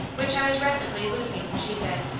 which i was rapidly losing, she said.